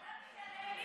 אתה תגלה לי.